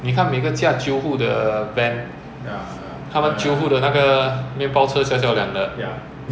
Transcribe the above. but to be honest lah 因为他们 push down price liao mah 所以 singaporean 就算要做也不值得做